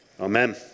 Amen